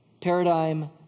paradigm